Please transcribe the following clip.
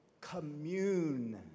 Commune